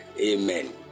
Amen